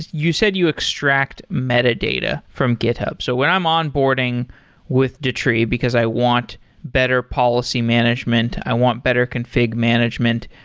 you said you extract metadata from github. so when i'm onboarding with datree, because i want better policy management and i want better config management,